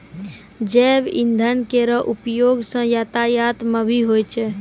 जैव इंधन केरो उपयोग सँ यातायात म भी होय छै